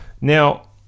Now